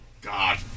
God